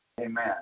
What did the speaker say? Amen